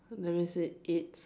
that means it eats